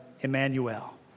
Emmanuel